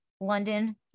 London